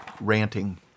ranting